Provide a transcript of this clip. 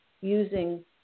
using